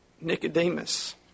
Nicodemus